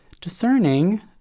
discerning